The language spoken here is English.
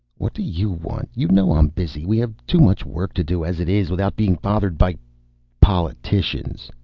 what do you want? you know i'm busy. we have too much work to do, as it is. without being bothered by politicians.